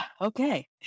okay